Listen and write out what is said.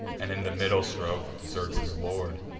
and, in the middle stroke, deserts his lord.